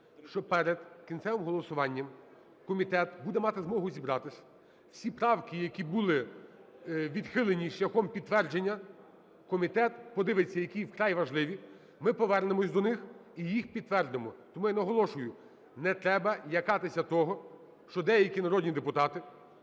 що перед кінцевим голосуванням комітет буде мати змогу зібратись. Всі правки, які були відхилені і шляхом підтвердження, комітет подивиться, які є вкрай важливі, ми повернемось до них і їх підтвердимо. Тому я наголошую, не треба лякатися того, що деякі народні депутати